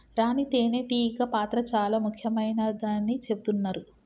రాణి తేనే టీగ పాత్ర చాల ముఖ్యమైనదని చెబుతున్నరు